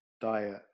diet